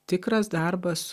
tikras darbas